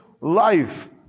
life